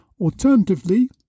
Alternatively